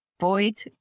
void